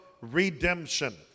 redemption